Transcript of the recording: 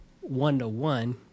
one-to-one